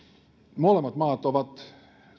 molemmat maat ovat